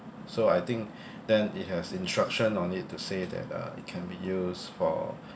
so I think then it has instruction on it to say that uh it can be used for